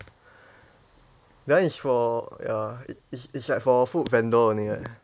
that is for ya it it's it's like for food vendor only right